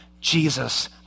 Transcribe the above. Jesus